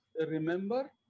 remember